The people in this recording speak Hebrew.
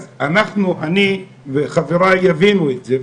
אז אני וחבריי יבינו את זה,